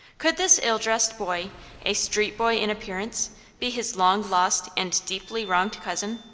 could this ill-dressed boy a street boy in appearance be his long-lost and deeply wronged cousin?